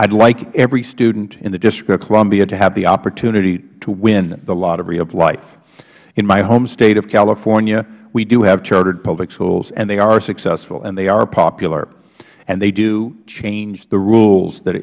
would like every student in the district of columbia to have the opportunity to win the lottery of life in my home state of california we do have chartered public schools and they are successful and they are popular and they do change the rules that